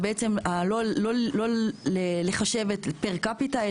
ולא לחשב פר קפיטה,